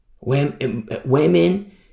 women